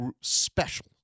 special